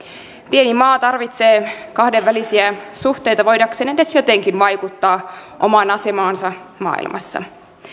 pieni maa tarvitsee kahdenvälisiä suhteita voidakseen edes jotenkin vaikuttaa omaan asemaansa maailmassa